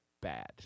bad